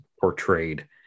portrayed